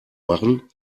machen